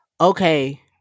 okay